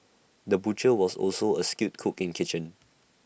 the butcher was also A skilled cook in kitchen